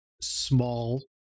small